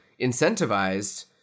incentivized